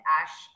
ash